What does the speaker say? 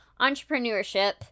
entrepreneurship